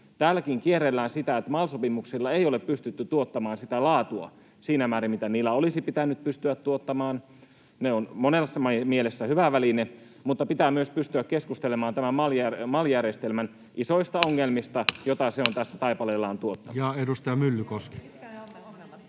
Täälläkin kierrellään sitä, että MAL-sopimuksilla ei ole pystytty tuottamaan siinä määrin sitä laatua, mitä niillä olisi pitänyt pystyä tuottamaan. Ne ovat monessa mielessä hyvä väline, mutta pitää myös pystyä keskustelemaan tämän MAL-järjestelmän isoista ongelmista, joita se on tässä taipaleellaan tuottanut.